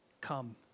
come